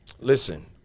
Listen